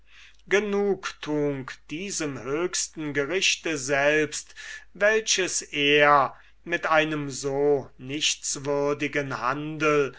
genugtuung diesem höchsten gerichte selbst welches er mit einem so nichtswürdigen handel